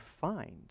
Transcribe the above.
find